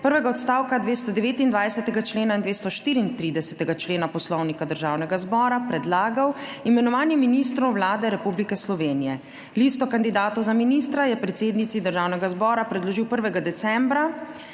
prvega odstavka 229. člena in 234. člena Poslovnika Državnega zbora predlagal imenovanje ministrov Vlade Republike Slovenije. Listo kandidatov za ministra je predsednici Državnega zbora predložil 1. decembra